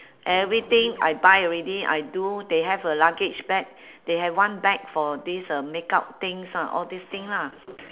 everything I buy already I do they have a luggage bag they have one bag for these uh makeup things ah all these thing lah